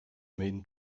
main